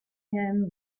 him